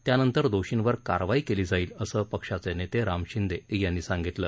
त्यानंतर दोषींवर कारवाई केली जाईल असं पक्षाचे नेते राम शिंदे यांनी सांगितलं